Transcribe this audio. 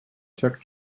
took